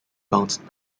bounced